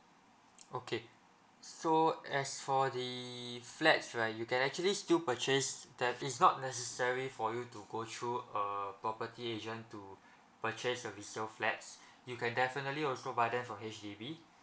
okay so as for the flats right you can actually still purchase that it's not necessary for you to go through a property agent to purchase a resale flats you can definitely also buy them from H_D_B